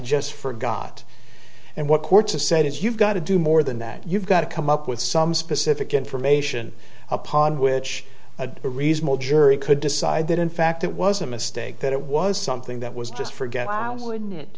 just forgot and what courts have said is you've got to do more than that you've got to come up with some specific information upon which a reasonable jury could decide that in fact it was a mistake that it was something that was just forget i wouldn't